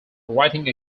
writing